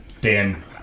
Dan